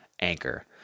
Anchor